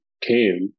came